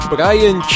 Brian